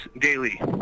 daily